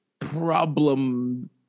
problem